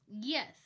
Yes